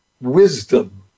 wisdom